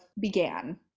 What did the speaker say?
began